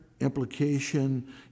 implication